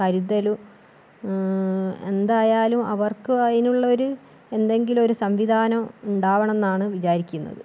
കരുതലും എന്തായാലും അവർക്ക് അതിനുള്ളൊരു എന്തെങ്കിലും ഒരു സംവിധാനം ഉണ്ടാകണം എന്നാണ് വിചാരിക്കുന്നത്